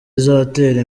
uzatera